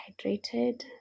hydrated